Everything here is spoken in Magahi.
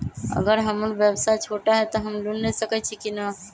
अगर हमर व्यवसाय छोटा है त हम लोन ले सकईछी की न?